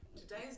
Today's